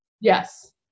Yes